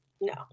No